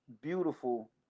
beautiful